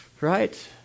Right